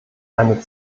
eine